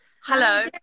hello